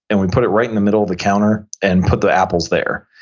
and we put it right in the middle of the counter, and put the apples there.